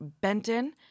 Benton